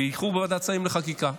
בייחוד בוועדת שרים לחקיקה.